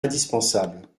indispensable